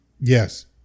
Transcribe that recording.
Yes